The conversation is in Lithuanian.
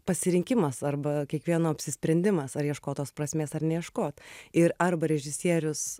pasirinkimas arba kiekvieno apsisprendimas ar ieškot tos prasmės ar neieškot ir arba režisierius